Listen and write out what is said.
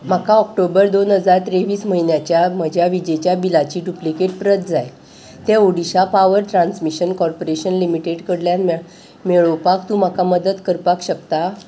म्हाका ऑक्टोबर दोन हजार त्रेवीस म्हयन्याच्या म्हज्या विजेच्या बिलाची डुप्लिकेट प्रत जाय ते Odisha power transmission corporation limited कडल्यान मेळ मेळोवपाक तूं म्हाका मदत करपाक शकता